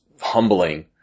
humbling